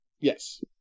Yes